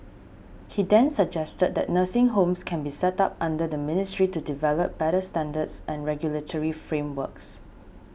he then suggested that nursing homes can be set up under the ministry to develop better standards and regulatory frameworks